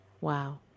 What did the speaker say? Wow